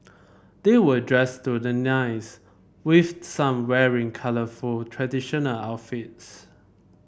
they were dressed to the nines with some wearing colourful traditional outfits